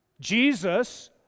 Jesus